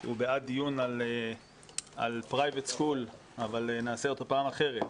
שהוא בעד דיון על בתי ספר פרטיים אבל נקיים אתו פעם אחרת.